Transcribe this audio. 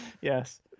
yes